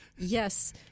Yes